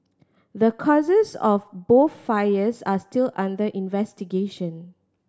the causes of both fires are still under investigation